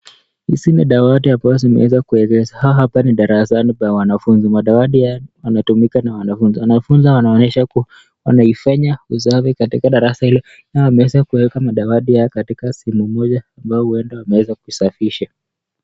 Hizi ni dawati ambazo zimeweza kuegeshwa, hapa ni darasani pa wanafunzi. Madawati haya yanatumika na wanafunzi. Wanafunzi wanaonyesha kuwa wanaifanya usafi katika darasa hilo, na wameweza kuweka madawati haya katika sehemu moja ambayo huenda wameweza kuisafisha.